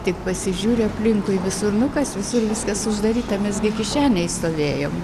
tik pasižiūri aplinkui visur nu kas visur viskas uždaryta mes gi kišenėj stovėjom